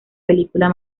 película